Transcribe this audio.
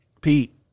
Pete